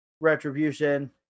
Retribution